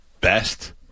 Best